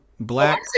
black